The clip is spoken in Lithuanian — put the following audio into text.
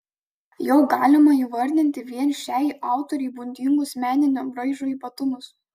jau galima įvardyti vien šiai autorei būdingus meninio braižo ypatumus